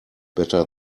better